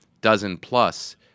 dozen-plus